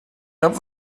habe